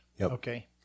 Okay